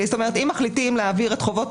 זאת אומרת שאם מחליטים להעביר את חובות